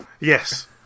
yes